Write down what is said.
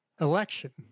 election